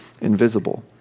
invisible